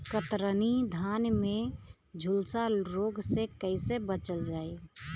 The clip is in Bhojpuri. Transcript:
कतरनी धान में झुलसा रोग से कइसे बचल जाई?